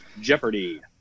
Jeopardy